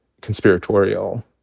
conspiratorial